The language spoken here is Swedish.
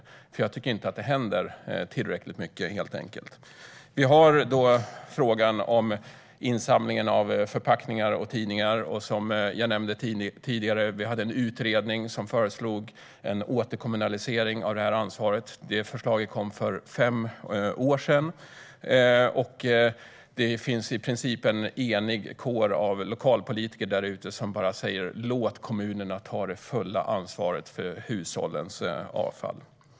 Jag tycker helt enkelt inte att det händer tillräckligt mycket. En fråga gäller insamlingen av förpackningar och tidningar. Som jag nämnde tidigare föreslog en utredning en återkommunalisering av detta ansvar. Det förslaget kom för fem år sedan, och det finns i princip en enig kår av lokalpolitiker där ute som säger: Låt kommunerna ta det fulla ansvaret för hushållens avfall!